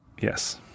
yes